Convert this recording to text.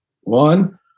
one